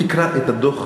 תקרא את הדוח,